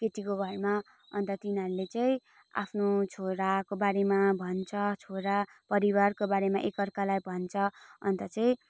केटीको घरमा अन्त तिनीहरूले चाहिँ आफ्नो छोराको बारेमा भन्छ छोरा परिवारको बारेमा एकअर्कालाई भन्छ अन्त चाहिँ